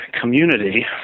community